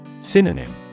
Synonym